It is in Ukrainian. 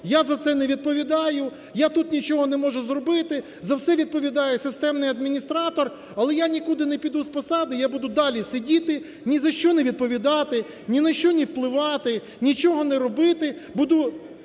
я за це не відповідаю, я тут нічого не можу зробити, за все відповідає системний адміністратор. Але я нікуди не піду з посади, я буду далі сидіти, ні за що не відповідати, ні на що не впливати, нічого не робити,